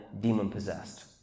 demon-possessed